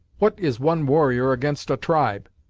what is one warrior against a tribe?